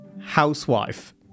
housewife